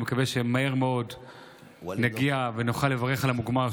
ואני מקווה שמהר מאוד נגיע ונוכל לברך על המוגמר,